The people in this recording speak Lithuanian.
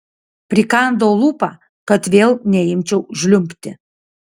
prikandau lūpą kad vėl neimčiau žliumbti